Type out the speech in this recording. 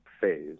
phase